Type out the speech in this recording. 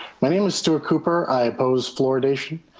my name is stewart cooper. i oppose fluoridation.